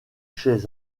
chez